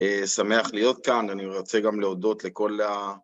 שמח להיות כאן, אני רוצה גם להודות לכל ה...